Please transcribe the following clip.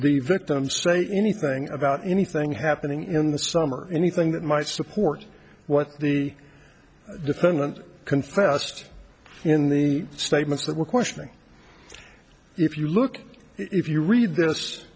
the victim say anything about anything happening in the summer anything that might support what the defendant confessed in the statements that were questioning if you look if you read this